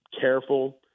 careful